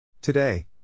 Today